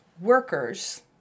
workers